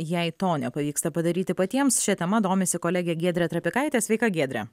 jei to nepavyksta padaryti patiems šia tema domisi kolegė giedrė trapikaitė sveika giedre